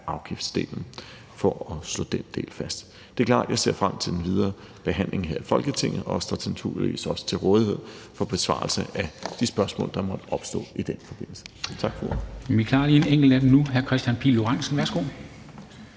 afgiftsdelen – for at slå den del fast. Det er klart, at jeg ser frem til den videre behandling her i Folketinget, og jeg står naturligvis også til rådighed for besvarelse af de spørgsmål, der måtte opstå i den forbindelse. Tak for